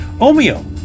Omeo